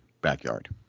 backyard